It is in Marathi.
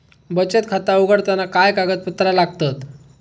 बचत खाता उघडताना काय कागदपत्रा लागतत?